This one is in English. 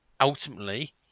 ultimately